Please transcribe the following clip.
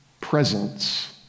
presence